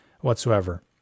whatsoever